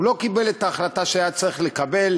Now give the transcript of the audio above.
הוא לא קיבל את ההחלטה שהיה צריך לקבל,